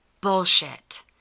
bullshit